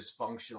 dysfunctional